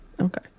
Okay